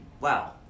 Wow